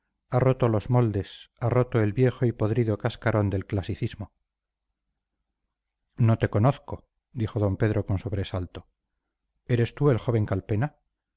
ha roto los moldes ha roto el viejo y podrido cascarón del clasicismo no te conozco dijo d pedro con sobresalto eres tú el joven